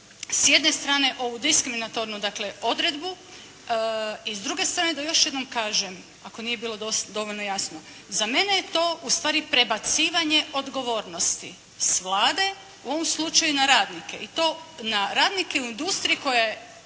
s jedne strane ovu diskriminatornu odredbu i druge strane da još jednom kažem ako nije bilo dovoljno jasno. Za mene je to ustvari prebacivanje odgovornosti s Vlade, u ovom slučaju na radnika i to na radnike u industriji koja